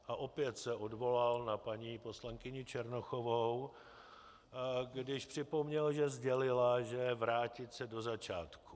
A opět se odvolal na paní poslankyni Černochovou, když připomněl, že sdělila, že vrátit se do začátku.